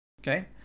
Okay